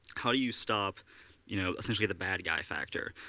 how do you stop you know essentially the bad guy factor?